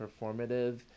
performative